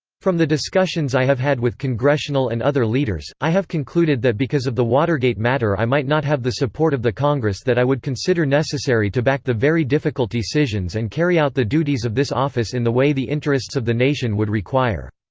from the discussions i have had with congressional and other leaders, i have concluded that because of the watergate matter i might not have the support of the congress that i would consider necessary to back the very difficult decisions and carry out the duties of this office in the way the interests of the nation would require.